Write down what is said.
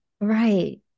Right